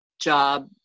job